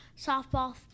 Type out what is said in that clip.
softball